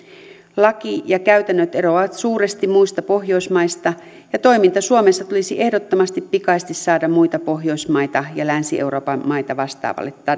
laki ja käytännöt eroavat suuresti muista pohjoismaista ja toiminta suomessa tulisi ehdottomasti pikaisesti saada muita pohjoismaita ja länsi euroopan maita vastaavalle